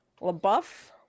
LaBeouf